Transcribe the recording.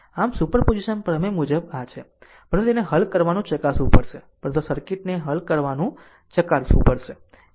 આમ તે આ છે સુપરપોઝિશન પ્રમેય મુજબ આ છે પરંતુ તેને હલ કરીને ચકાસવું પડશે પરંતુ આ સર્કિટને હલ કરીને ચકાસવું પડશે